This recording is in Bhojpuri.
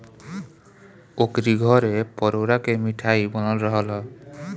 ओकरी घरे परोरा के मिठाई बनल रहल हअ